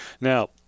Now